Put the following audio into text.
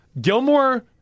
Gilmore